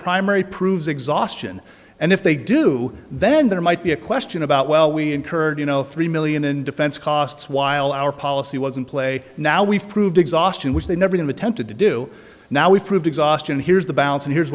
primary proves exhaustion and if they do then there might be a question about well we incurred you know three million in defense costs while our policy was in play now we've proved exhaustion which they never been tempted to do now we've proved exhaustion here's the balance and here's